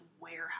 warehouse